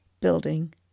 building